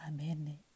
Amen